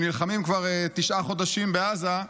שנלחמים כבר תשעה חודשים בעזה.